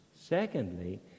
Secondly